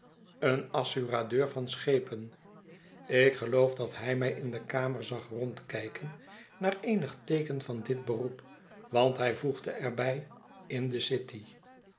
een assuradeur van schepen ik geloof dat hij mij in de kamer zag rondkijken naar eenig teeken van dit beroep want hij voegde er bij in de city